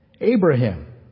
Abraham